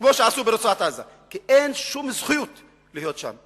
כמו שעשו ברצועת-עזה כי אין שום זכות להיות שם.